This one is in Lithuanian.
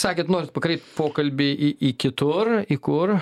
sakėt norit pakreipt pokalbį į į kitur į kur